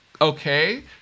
okay